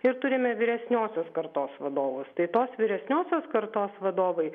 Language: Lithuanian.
ir turime vyresniosios kartos vadovus tai tos vyresniosios kartos vadovai